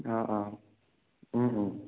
অঁ অঁ